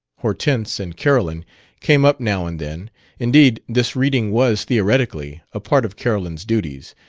hortense and carolyn came up now and then indeed, this reading was, theoretically, a part of carolyn's duties,